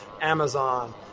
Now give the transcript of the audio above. Amazon